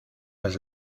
las